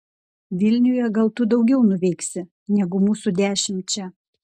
vilniuje gal tu daugiau nuveiksi negu mūsų dešimt čia